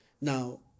now